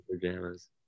pajamas